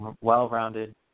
well-rounded